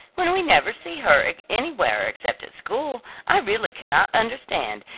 when we never see her anywhere except at school, i really cannot understand,